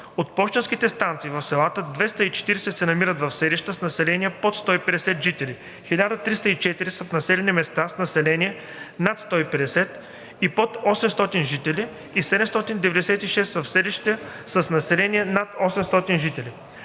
От пощенските станции в селата 240 се намират в селища с население под 150 жители, 1304 са в населени места с население над 150 и под 800 жители и 796 са в селища с население над 800 жители.